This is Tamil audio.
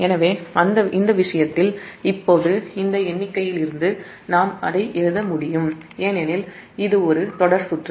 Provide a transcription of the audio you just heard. எனவே இந்த விஷயத்தில் இப்போது இந்த எண்ணிக்கையிலிருந்து நாம் அதை இவ்வாறு எழுத முடியும் ஏனெனில் இது ஒரு தொடர் சுற்று